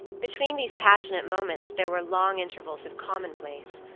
between these passionate moments there were long intervals of commonplace,